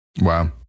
Wow